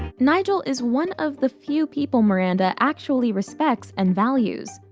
nigel is one of the few people miranda actually respects and values.